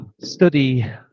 study